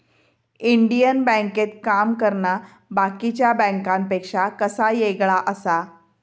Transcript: Indian बँकेत काम करना बाकीच्या बँकांपेक्षा कसा येगळा आसा?